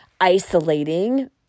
isolating